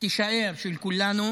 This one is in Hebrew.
של כולנו